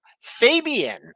Fabian